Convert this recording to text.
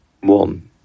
one